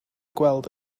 gweld